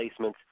placements